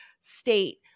state